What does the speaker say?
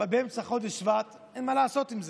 באמצע חודש שבט אין למה לעשות עם זה.